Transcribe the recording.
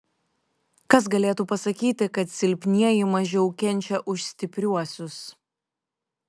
kas galėtų pasakyti kad silpnieji mažiau kenčia už stipriuosius